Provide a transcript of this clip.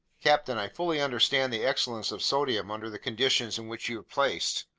captain, i fully understand the excellence of sodium under the conditions in which you're placed.